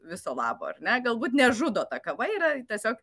viso labo ar ne galbūt nežudo kava yra tiesiog